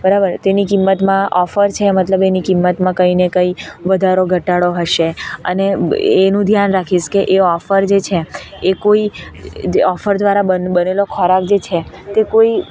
બરાબર તેની કિંમતમાં ઓફર છે મતલબ એની કિંમતમાં કંઇને કંઇ વધારો ઘટાડો હશે અને એનું ધ્યાન રાખીશ કે એ ઓફર જે છે એ કોઈ ઓફર દ્વારા બનેલો ખોરાક જે છે તે કોઈ